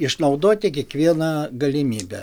išnaudoti kiekvieną galimybę